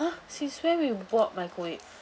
!huh! since when we bought microwave